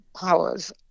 powers